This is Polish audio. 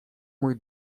mój